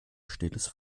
stilles